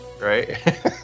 right